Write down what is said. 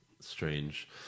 Strange